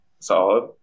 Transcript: Solid